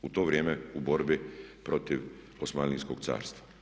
U to vrijeme u borbi protiv Osmanlijskog carstva.